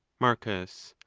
marcus.